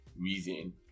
reason